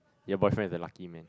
your boyfriend is a lucky man